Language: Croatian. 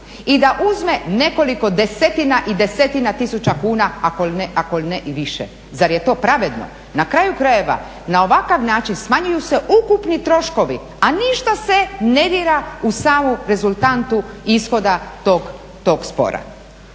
i da uzme nekoliko desetina i desetina tisuća kuna ako li ne i više. Zar je to pravedno? Na kraju krajeva na ovakav način smanjuju se ukupni troškovi, a ništa se ne dira u samu rezultantu ishoda tog spora.